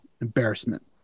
embarrassment